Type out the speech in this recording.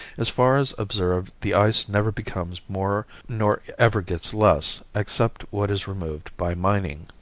as far as observed the ice never becomes more nor ever gets less, except what is removed by mining.